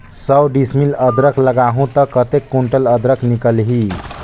सौ डिसमिल अदरक लगाहूं ता कतेक कुंटल अदरक निकल ही?